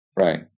Right